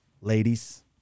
ladies